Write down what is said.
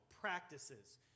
practices